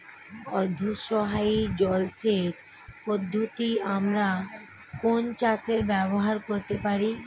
অর্ধ স্থায়ী জলসেচ পদ্ধতি আমরা কোন চাষে ব্যবহার করতে পারি?